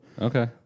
Okay